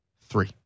Three